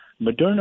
Moderna